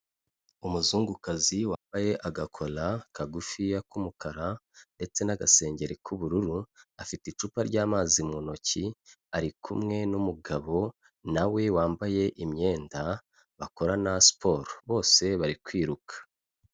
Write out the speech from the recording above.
Umuzungukazi wambaye agakora kagufiya k'umukara ndetse n'agasengeri k'ubururu afite icupa ry'amazi mu ntoki ari kumwe n'umugabo na we wambaye imyenda bakorarana siporo bose bari kwiruka.